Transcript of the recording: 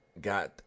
got